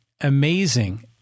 amazing